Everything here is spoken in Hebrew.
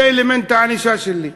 זה אלמנט הענישה שלי.